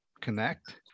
Connect